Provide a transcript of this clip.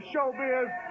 showbiz